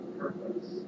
purpose